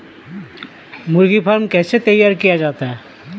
मुर्गी फार्म कैसे तैयार किया जाता है?